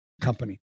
company